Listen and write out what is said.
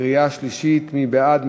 קריאה שלישית, מי בעד?